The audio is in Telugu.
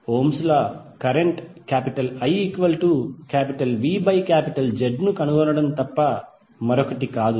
Ohm's Ohms law current I V Z ను కనుగొనడం తప్ప మరొకటి కాదు